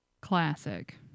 classic